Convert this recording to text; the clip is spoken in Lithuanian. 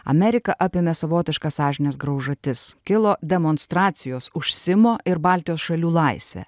ameriką apėmė savotiška sąžinės graužatis kilo demonstracijos už simo ir baltijos šalių laisvę